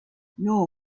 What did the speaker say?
nor